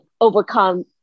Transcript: overcome